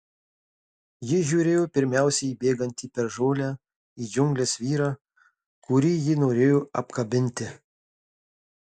ji žiūrėjo pirmiausia į bėgantį per žolę į džiungles vyrą kurį ji norėjo apkabinti